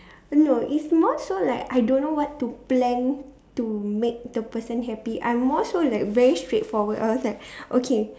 no it's not so like I don't know what to plan to make the person happy I'm more so like very straightforward or else like okay